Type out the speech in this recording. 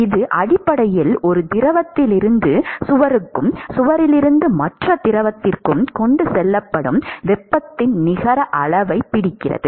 இது அடிப்படையில் ஒரு திரவத்திலிருந்து சுவருக்கும் சுவரிலிருந்து மற்ற திரவத்துக்கும் கொண்டு செல்லப்படும் வெப்பத்தின் நிகர அளவைப் பிடிக்கிறது